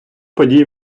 подій